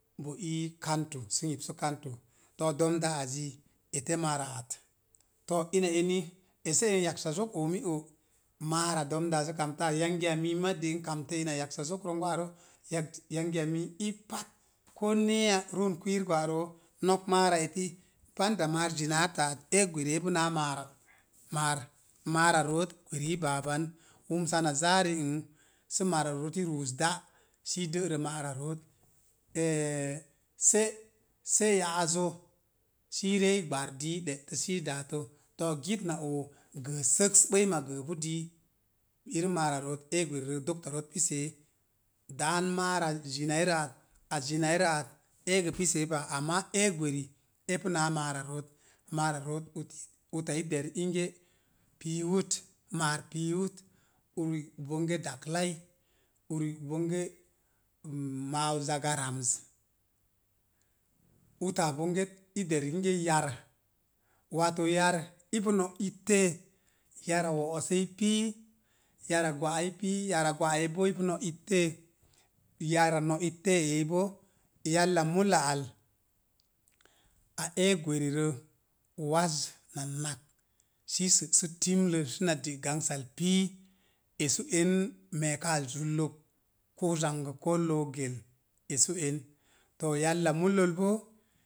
Bo ii kantu sə n yipsu kamtu, to domdazzi ete maara at, to ina eni ese en yaksa zok omi o. Mara domdaazzə n kamtə at yangiya miima de, ina yaksa zokronn gwa'roo yak yangiya mii ii pát koo neeya rúun kwiir gwa'roo, nok maara eti banda maar zinaata at éé gweri epu naa máár. Maara root gweri i báá ban. Wumsa na zaa riang sə i ruu dai i de'rə mara root se’ se’ ya'azzə sə i ree i gbar dii sə de'tə sə i daatə to̱o̱ git na oo gəə səks gəəpa dii irim maara root dokta root pissee daan maara zinairə zinairə at eegə pisee pa ama ee gweri epú náá mara root mara root rot uta i ɗer inge pii wut maar piiwut, uri bonge daklai uri bonge maau zaga ramz, uta bonge inge i der inge yar, too yár ipu nó ittə, ya'ra wo'ossoi i pii yára gwa'ai, yara gwa'eyi bo ipu no'ittə, yara no'ittəə eyi bo. Yalla mul al a ée gwerirə, wáz na nakp sə i sa'su timlə səna dé gangsal pii, esu en me̱e̱ káá zullək ko zangək koo look gəl esu en to yalla mullol bo